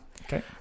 Okay